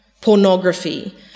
pornography